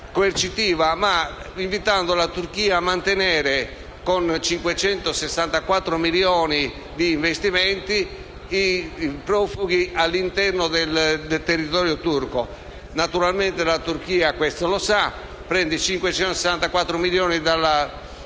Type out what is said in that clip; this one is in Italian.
ma invitando la Turchia a mantenere, con 564 milioni di euro di investimenti, i profughi all'interno del territorio turco. Naturalmente la Turchia questo lo sa, prende 564 milioni dalla Germania,